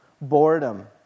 boredom